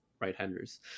right-handers